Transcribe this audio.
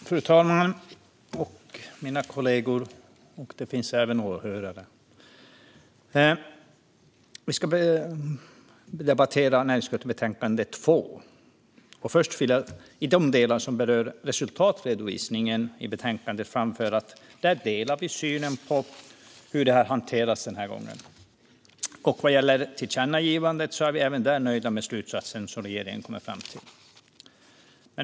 Fru talman! Kollegor och åhörare! Vi ska nu debattera näringsutskottets betänkande nr 2. Först vill jag i de delar som berör resultatredovisningen i betänkandet framföra att vi där delar synen på hur detta har hanterats denna gång. Gällande tillkännagivandet är vi även där nöjda med slutsatsen som regeringen har kommit fram till.